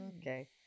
okay